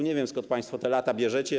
Nie wiem, skąd państwo te lata bierzecie.